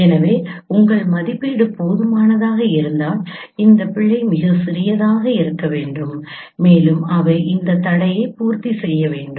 எனவே உங்கள் மதிப்பீடு போதுமானதாக இருந்தால் இந்த பிழை மிகச் சிறியதாக இருக்க வேண்டும் மேலும் அவை இந்த தடையை பூர்த்தி செய்ய வேண்டும்